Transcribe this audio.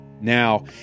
Now